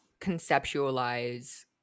conceptualize